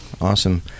Awesome